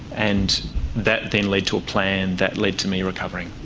and that then led to a plan that led to me recovering.